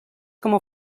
como